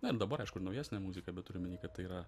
na ir dabar aišku ir naujesnė muzika bet turiu omeny kad tai yra